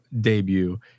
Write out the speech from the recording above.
debut